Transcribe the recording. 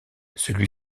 celle